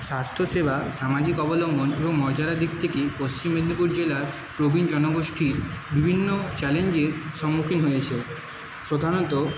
স্বাস্থ্যসেবা সামাজিক অবলম্বন এবং মর্যাদার দিক থেকে পশ্চিম মেদিনীপুর জেলার প্রবীণ জনগোষ্ঠীর বিভিন্ন চ্যালেঞ্জের সম্মুখীন হয়েছে প্রধানত